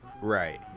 Right